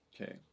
Okay